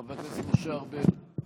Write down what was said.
חבר הכנסת משה ארבל,